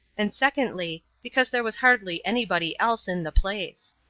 and secondly, because there was hardly anybody else in the place.